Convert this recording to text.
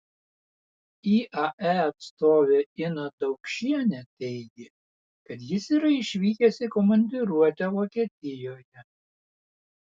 iae atstovė ina daukšienė teigė kad jis yra išvykęs į komandiruotę vokietijoje